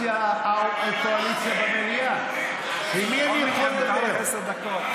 הכול בסדר, וגם אם זה יהיה בעתיד, הכול בסדר.